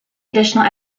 additional